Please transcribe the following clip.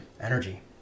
Energy